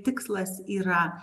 tikslas yra